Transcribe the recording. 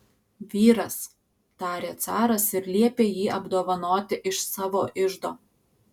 vyras tarė caras ir liepė jį apdovanoti iš savo iždo